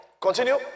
Continue